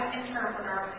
interpreter